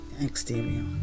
exterior